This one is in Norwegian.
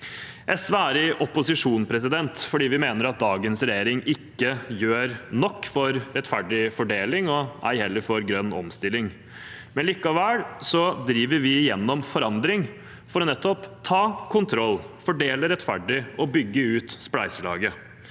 SV er i opposisjon fordi vi mener at dagens regjering ikke gjør nok for rettferdig fordeling – og ei heller for grønn omstilling. Likevel driver vi igjennom forandring, nettopp for å ta kontroll, fordele rettferdig og bygge ut spleiselaget.